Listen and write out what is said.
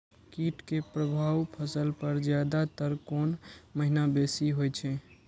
कीट के प्रभाव फसल पर ज्यादा तर कोन महीना बेसी होई छै?